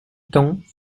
temps